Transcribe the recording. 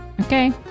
Okay